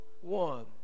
one